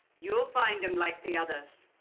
you will find him like the others,